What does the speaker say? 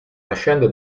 lasciando